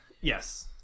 Yes